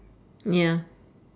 ya